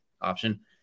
option